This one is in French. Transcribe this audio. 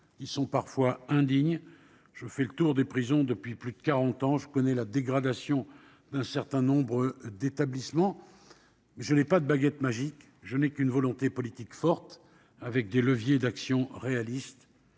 qui sont parfois indignes. Je fais le tour des prisons depuis plus de quarante ans, je connais la dégradation d'un certain nombre d'établissements, mais je n'ai pas de baguette magique : je n'ai qu'une volonté politique forte, des leviers d'actions réalistes